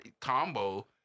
combo